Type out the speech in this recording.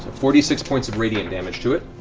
four d six points of radiant damage to it.